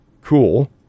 Cool